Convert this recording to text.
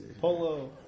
Polo